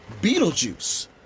Beetlejuice